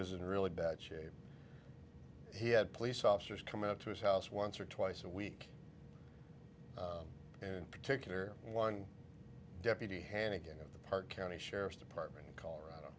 in really bad shape he had police officers come out to his house once or twice a week and particular one deputy hand again at the park county sheriff's department colorado